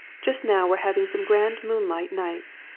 just now we're having some grand moonlight nights.